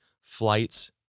flights